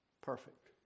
Perfect